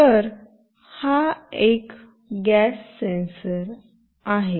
तर हा gas sensor आहे